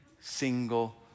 single